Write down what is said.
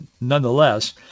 nonetheless